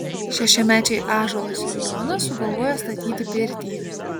šešiamečiai ąžuolas ir jonas sugalvoja statyti pirtį